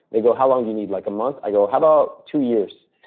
they go, how long do you need? like, a month? i go, how about two years?